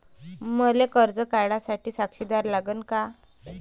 मले कर्ज काढा साठी साक्षीदार लागन का?